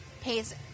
pays